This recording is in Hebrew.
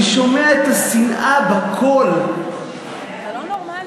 אני שומע את השנאה בקול, אתה לא נורמלי.